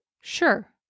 Sure